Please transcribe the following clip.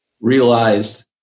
realized